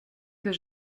que